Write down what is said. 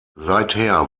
seither